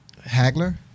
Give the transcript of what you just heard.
Hagler